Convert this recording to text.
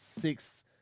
six